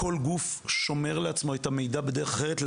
כל גוף שומר לעצמו את המידע בדרך אחרת.